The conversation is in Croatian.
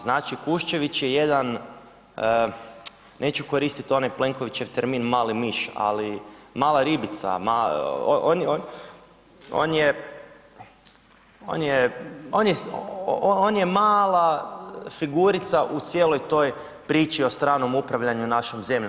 Znači Kuščević je jedan, neću koristiti onaj Plenkovićev termin mali miš, ali mala ribica, on je mala figurica u cijeloj toj priči o stranom upravljanju našom zemljom.